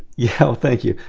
yeah well thank you.